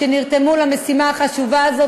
שנרתמו למשימה החשובה הזאת.